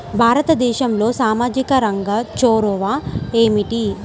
భారతదేశంలో సామాజిక రంగ చొరవ ఏమిటి?